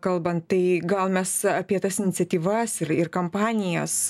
kalbant tai gal mes apie tas iniciatyvas ir ir kampanijas